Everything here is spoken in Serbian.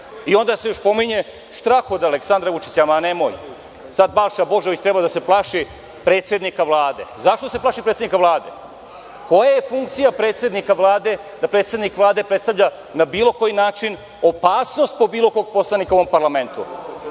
i onda se još spominje strah od Aleksandra Vučića. Ma nemoj, sada Balša Božović treba da se plaši predsednika Vlade. Zašto da se plaši predsednika Vlade? Koja je funkcija predsednika Vlade, da predsednik Vlade predstavlja na bilo koji način opasnost po bilo kog poslanika u ovom parlamentu?